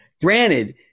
Granted